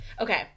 Okay